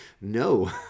no